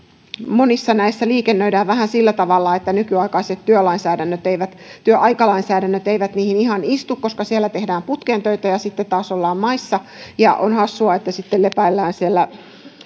monissa näistä aluksista liikennöidään vähän sillä tavalla että nykyaikaiset työaikalainsäädännöt eivät työaikalainsäädännöt eivät niihin ihan istu siellä tehdään putkeen töitä ja sitten taas ollaan maissa ja on hassua että sitten